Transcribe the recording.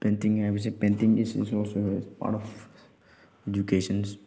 painting ꯍꯥꯏꯕꯁꯦ painting is also a part of educations